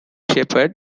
shepherd